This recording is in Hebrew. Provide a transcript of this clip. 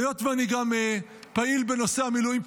היות ואני גם פעיל בנושא המילואים,